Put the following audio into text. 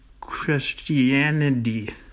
Christianity